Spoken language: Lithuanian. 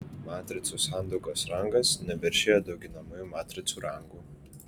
matricų sandaugos rangas neviršija dauginamųjų matricų rangų